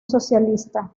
socialista